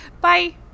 bye